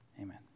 Amen